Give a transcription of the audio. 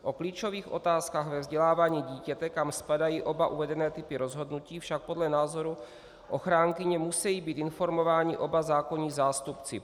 O klíčových otázkách ve vzdělávání dítěte, kam spadají oba uvedené typy rozhodnutí, však podle názoru ochránkyně, musí být informováni oba zákonní zástupci.